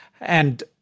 And-